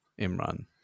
imran